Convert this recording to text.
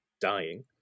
dying